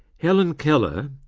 helen keller,